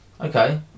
okay